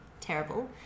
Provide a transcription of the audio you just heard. terrible